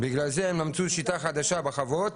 לכן הם מצאו שיטה חדשה בחוות,